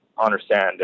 understand